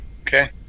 Okay